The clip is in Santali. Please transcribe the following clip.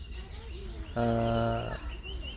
ᱟᱨ